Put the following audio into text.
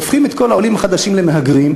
והופכים את כל העולים החדשים למהגרים,